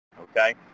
okay